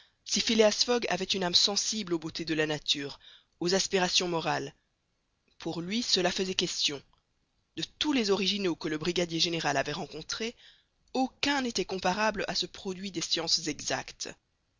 si phileas fogg avait une âme sensible aux beautés de la nature aux aspirations morales pour lui cela faisait question de tous les originaux que le brigadier général avait rencontrés aucun n'était comparable à ce produit des sciences exactes